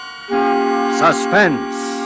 Suspense